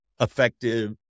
effective